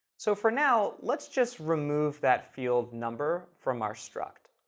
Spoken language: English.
so for now, let's just remove that field number from our struct.